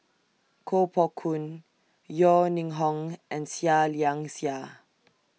Koh Poh Koon Yeo Ning Hong and Seah Liang Seah